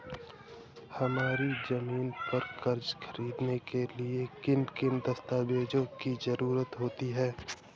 हमारी ज़मीन पर कर्ज ख़रीदने के लिए किन किन दस्तावेजों की जरूरत होती है?